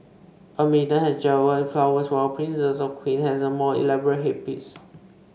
a maiden has jewelled flowers while a princess or queen has a more elaborate headpiece